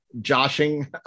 joshing